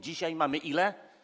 Dzisiaj mamy ile?